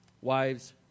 wives